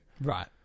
Right